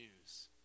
news